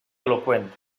eloqüent